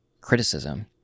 criticism